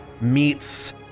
meets